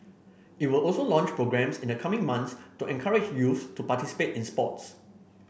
it will also launch programmes in the coming months to encourage youths to participate in sports